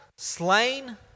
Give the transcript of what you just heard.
Slain